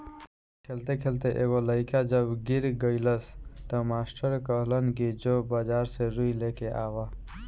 खेलते खेलते एगो लइका जब गिर गइलस त मास्टर कहलन कि जो बाजार से रुई लेके आवा